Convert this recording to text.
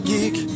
Geek